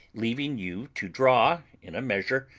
leaving you to draw, in a measure,